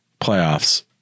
playoffs